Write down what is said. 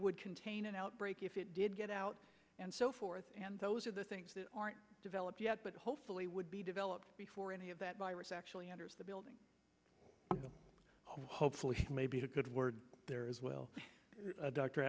would contain an outbreak if it did get out and so forth and those are the things that aren't developed yet but hopefully would be developed before any of that virus actually enters the building hopefully maybe a good word there as well